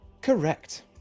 Correct